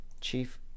Chief